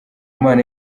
imana